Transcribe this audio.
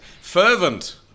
Fervent